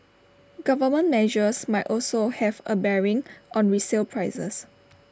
government measures might also have A bearing on resale prices